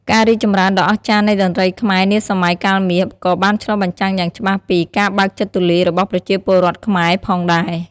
ការរីកចម្រើនដ៏អស្ចារ្យនៃតន្ត្រីខ្មែរនាសម័យកាលមាស ក៏បានឆ្លុះបញ្ចាំងយ៉ាងច្បាស់ពី ការបើកចិត្តទូលាយរបស់ប្រជាពលរដ្ឋខ្មែរ ផងដែរ។